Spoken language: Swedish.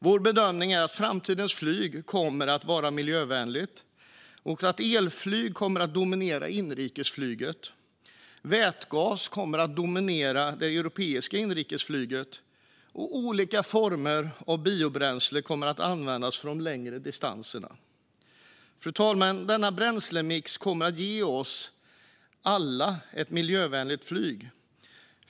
Vår bedömning är att framtidens flyg kommer att vara miljövänligt - elflyg kommer att dominera inrikesflyget, vätgas kommer att dominera det europeiska inrikesflyget och olika former av biobränslen kommer att användas för de längre distanserna. Fru talman! Denna bränslemix kommer att ge oss alla ett miljövänligt flyg.